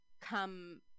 come